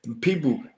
People